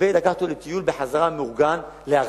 יתכבד לקחת אותו חזרה לטיול מאורגן לארצו,